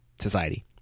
society